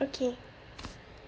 okay